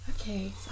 Okay